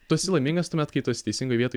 tu esi laimingas tuomet kai tu esi teisingoj vietoj